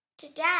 Today